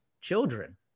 children